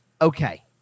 Okay